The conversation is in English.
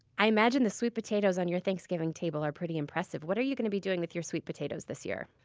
i imagine the sweet potatoes on your thanksgiving table are pretty impressive. what are you going to be doing with your sweet potatoes this year?